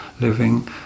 living